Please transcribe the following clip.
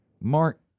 Mark